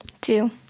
Two